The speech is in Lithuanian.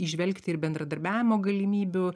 įžvelgti ir bendradarbiavimo galimybių